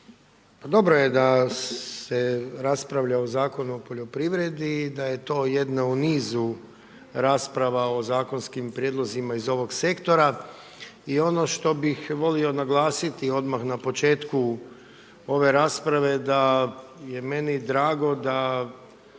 Dobro je da se raspravlja o Zakonu o poljoprivredi i da je to jedna u nizu rasprava o zakonskim prijedlozima iz ovog sektora. I ovo što bi volio naglasiti, ono na početku ove rasprave je da je meni drago da